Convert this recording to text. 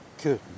good